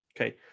Okay